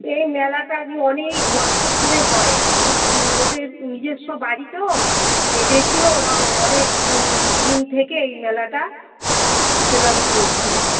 এই মেলাটা আজকে অনেক বছর ধরে হয় ও ওদের নিজস্ব বাড়ি তো এদেশীয় ওরা অনেক দিন থেকে এই মেলাটা প্রচলন চলছে